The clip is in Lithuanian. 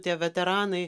tie veteranai